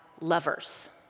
lovers